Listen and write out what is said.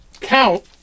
Count